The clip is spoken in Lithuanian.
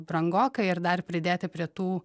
brangoka ir dar pridėti prie tų